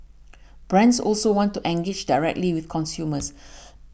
brands also want to engage directly with consumers